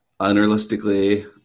Unrealistically